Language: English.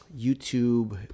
YouTube